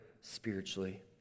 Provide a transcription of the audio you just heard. spiritually